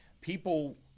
People